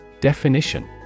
Definition